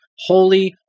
Holy